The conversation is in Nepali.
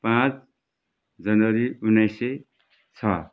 पाँच जनवरी उन्नाइस सय छ